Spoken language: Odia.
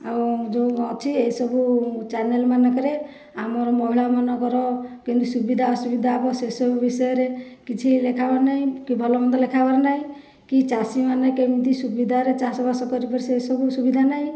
ଆଉ ଯେଉଁ ଅଛି ଏସବୁ ଚ୍ୟାନେଲ୍ମାନଙ୍କରେ ଆମର ମହିଳାମାନଙ୍କର କେମିତି ସୁବିଧା ଅସୁବିଧା ହେବ ସେସବୁ ବିଷୟରେ କିଛି ଲେଖା ହେବାର ନାହିଁ କି ଭଲମନ୍ଦ ଲେଖା ହେବାର ନାହିଁ କି ଚାଷୀମାନେ କେମିତି ସୁବିଧାରେ ଚାଷବାସ କରିପାରିବେ ସେସବୁ ସୁବିଧା ନାହିଁ